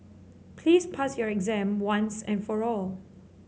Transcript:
please pass your exam once and for all